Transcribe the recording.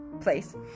place